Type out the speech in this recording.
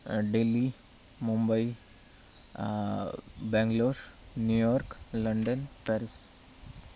Delhi Mumbai Bengaluru New York London Paris